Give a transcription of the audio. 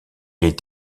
est